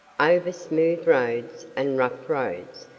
over smooth roads and rough roads,